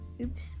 Oops